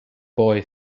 boy